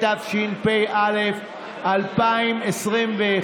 התשפ"א 2021,